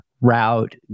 route